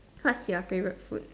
what's your favourite food